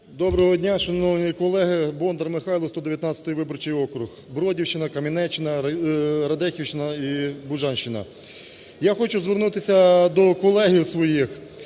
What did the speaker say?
Доброго дня, шановні колеги! Бондар Михайло, 119 виборчий округ, Бродівщина, Камінеччина, Радехівщина і Бужанщина. Я хочу звернутися до колег своїх,